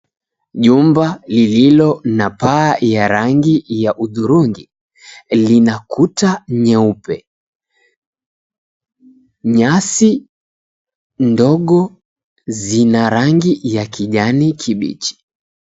Jumba lililo na paa ya rangi ya hudhurungi, lina kuta nyeupe. Nyasi ndogo zina rangi ya kijani kibichi.